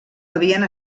havien